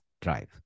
drive